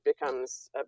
becomes